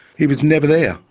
he was never there.